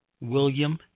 William